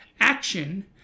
action